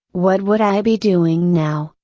what would i be doing now,